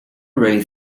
really